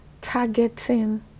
targeting